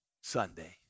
Sunday